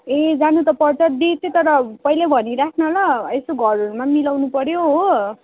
ए जानु त पर्छ डेट चाहिँ तर पहिल्यै भनिराख् न ल यसो घरहरूमा पनि मिलाउनु पऱ्यो हो